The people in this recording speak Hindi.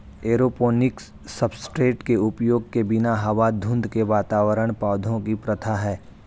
एरोपोनिक्स सब्सट्रेट के उपयोग के बिना हवा धुंध के वातावरण पौधों की प्रथा है